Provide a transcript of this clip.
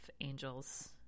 angels